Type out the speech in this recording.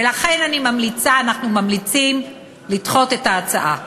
ולכן אני ממליצה, אנחנו ממליצים לדחות את ההצעה.